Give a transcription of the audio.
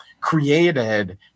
created